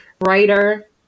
writer